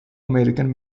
american